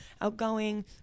outgoing